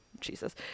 jesus